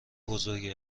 بزرگی